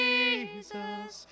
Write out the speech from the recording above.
Jesus